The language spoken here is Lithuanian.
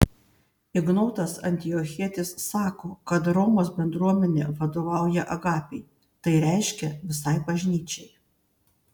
ignotas antiochietis sako kad romos bendruomenė vadovauja agapei tai reiškia visai bažnyčiai